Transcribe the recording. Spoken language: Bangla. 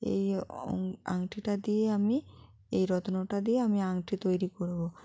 এই আংটিটা দিয়ে আমি এই রত্নটা দিয়ে আমি আংটি তৈরি করবো